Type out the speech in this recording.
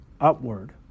upward